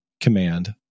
command